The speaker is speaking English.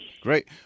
great